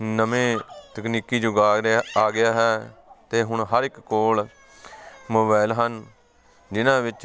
ਨਵੇਂ ਤਕਨੀਕੀ ਯੁਗ ਆ ਰਿਹਾ ਆ ਗਿਆ ਹੈ ਅਤੇ ਹੁਣ ਹਰ ਇੱਕ ਕੋਲ ਮੋਬਾਇਲ ਹਨ ਜਿਹਨਾਂ ਵਿੱਚ